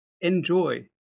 enjoy